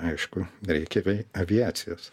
aišku reikia bei aviacijos